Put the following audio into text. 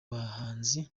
bahanzi